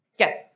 Yes